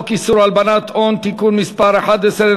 איסור הלבנת הון (תיקון מס' 10),